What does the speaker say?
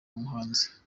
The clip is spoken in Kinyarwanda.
umuhinzi